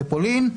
בפולין,